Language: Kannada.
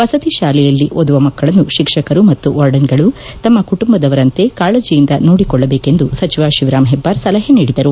ವಸತಿ ಶಾಲೆಯಲ್ಲಿ ಓದುವ ಮಕ್ಕಳನ್ನು ಶಿಕ್ಷಕರು ಮತ್ತು ವಾರ್ಡನ್ಗಳು ತಮ್ಮ ಕುಟುಂಬದವರಂತೆ ಕಾಳಜಿಯಿಂದ ನೋಡಿಕೊಳ್ಳಬೇಕೆಂದು ಸಚಿವ ಶಿವರಾಂ ಹೆಬ್ದಾರ್ ಸಲಹೆ ನೀಡಿದರು